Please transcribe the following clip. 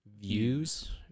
Views